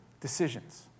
decisions